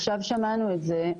עכשיו שמענו את זה.